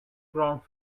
ground